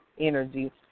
energy